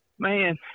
Man